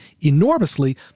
enormously